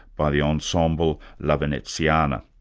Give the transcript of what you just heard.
by the ensemble la venexiana.